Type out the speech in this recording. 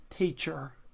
teacher